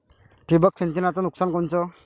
ठिबक सिंचनचं नुकसान कोनचं?